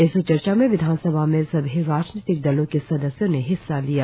इस चर्चा में विधानसभा में सभी राजनीतिक दलों के सदस्यों ने हिस्सा लिया